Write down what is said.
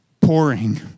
pouring